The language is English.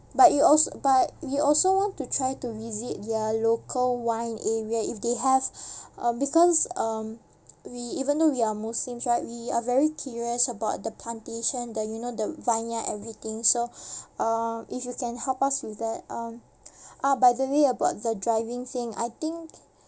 but we also but we also want to try to visit their local wine area if they have uh because um we even though we are muslims right we are very curious about the plantation the you know the vineyard everything so uh if you can help us with that um ah by the way about the driving thing I think